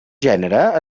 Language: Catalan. gènere